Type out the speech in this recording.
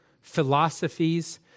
philosophies